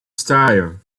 style